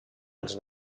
els